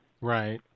Right